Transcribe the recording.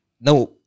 Now